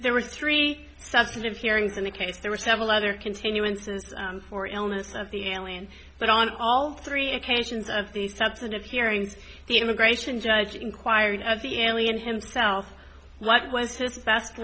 there were three substantive hearings in the case there were several other continuances or illness of the alien but on all three occasions of these subset of hearings the immigration judge inquired of the alien himself